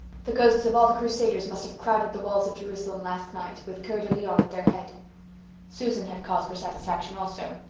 the ghosts of all the crusaders must have crowded the walls of jerusalem last night, with coeur-de-lion at their head susan had cause for satisfaction also.